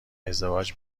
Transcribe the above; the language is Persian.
ازدواج